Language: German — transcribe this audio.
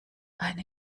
eine